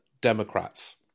Democrats